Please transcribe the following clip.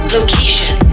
Location